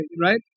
right